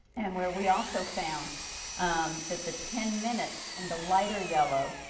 and where we also found um that the ten minutes in the lighter yellow,